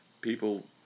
people